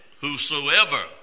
Whosoever